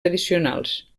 addicionals